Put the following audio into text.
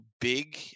big